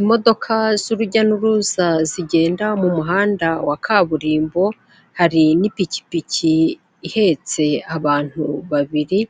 Imodoka z'urujya n'uruza zigenda mu muhanda wa kaburimbo, hari n'ipikipiki ihetse abantu babiri,